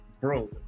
bro